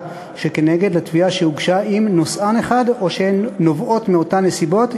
שכנגד לתביעה שהוגשה אם "נושאן אחד או שהן נובעות מאותן נסיבות,